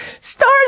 stars